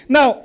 Now